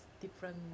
different